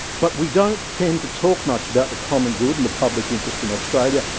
but we don't tend to talk much about the common good and the public interest in australia,